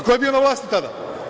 Ko je bio na vlasti tada?